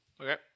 Okay